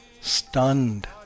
stunned